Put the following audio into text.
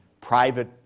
private